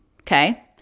okay